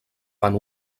fan